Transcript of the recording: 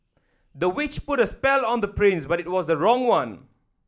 the witch put a spell on the prince but it was the wrong one